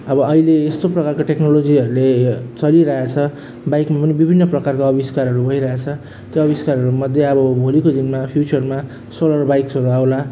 अब अहिले यस्तो प्रकारको टेक्नोलोजीहरूले चलिरहेको छ बाइकमा पनि विभिन्न प्रकारको आविष्कारहरू भइरहेछ त्यो आविष्कारहरू मध्ये अब भोलिको दिनमा फ्युचरमा सोलर बाइक्सहरू आउला